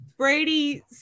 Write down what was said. Brady